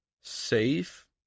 safe